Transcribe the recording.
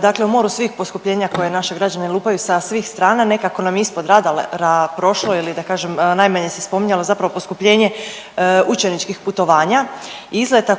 dakle u moru svih poskupljenja koje naše građane lupaju sa svih strana, nekako nam ispod radara prošlo ili da kažem, najmanje se spominjalo poskupljenje učeničkih putovanja, izleta